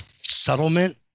settlement